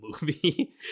movie